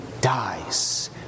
dies